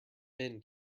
been